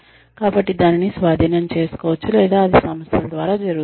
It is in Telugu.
కాబట్టి దానిని స్వాధీనం చేసుకోవచ్చు లేదా అది సంస్థల ద్వారా జరుగుతుంది